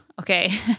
okay